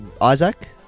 Isaac